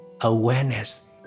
awareness